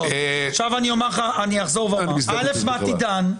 214. זאת האמת, מתי דן,